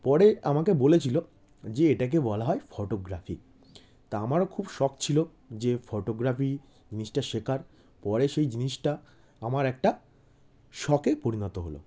পরে আমাকে বলেছিল যে এটাকে বলা হয় ফটোগ্রাফি তা আমারও খুব শখ ছিল যে ফটোগ্রাফি জিনিসটা শেখার পরে সেই জিনিসটা আমার একটা শখে পরিণত হল